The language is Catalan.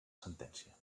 sentència